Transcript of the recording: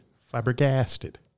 Flabbergasted